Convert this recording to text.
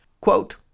Quote